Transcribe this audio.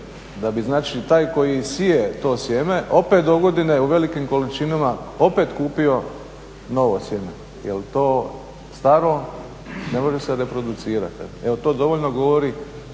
da bi taj koji sije to sjeme opet dogodine u velikim količinama opet kupio novo sjeme jer to staro ne može se reproducirati, evo to dovoljno govori